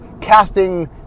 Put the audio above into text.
casting